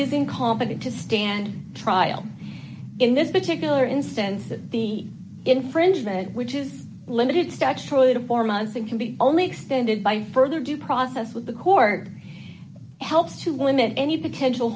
is incompetent to stand trial in this particular instance that the infringement which is limited strikes troy to four months and can be only extended by further due process with the cord help to limit any potential